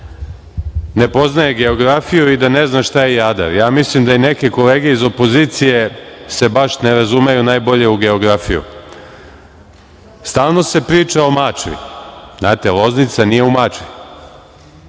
ne poznaje geografiju i da ne zna šta je Jadar. Ja mislim da i neke kolege iz opozicije se baš ne razumeju najbolje u geografiju. Stalno se priča o Mačvi. Znate, Loznica nije u Mačvi.